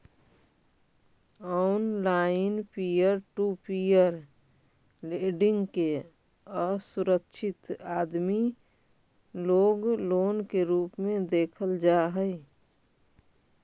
online peer to peer lending के असुरक्षित आदमी लोग लोन के रूप में देखल जा हई